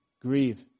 Grieve